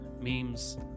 memes